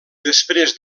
després